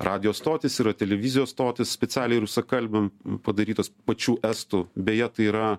radijo stotys yra televizijos stotys specialiai rusakalbiam padarytos pačių estų beje tai yra